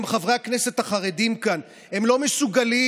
גם חברי הכנסת החרדים כאן לא מסוגלים,